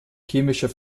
chemischer